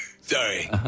Sorry